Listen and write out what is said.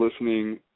listening